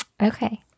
okay